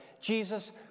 Jesus